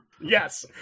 Yes